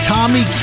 Tommy